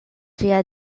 ĝia